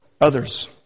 others